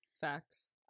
Facts